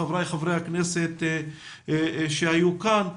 חבריי חברי הכנסת שהיו כאן.